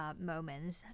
moments